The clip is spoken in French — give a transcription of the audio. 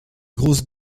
grosses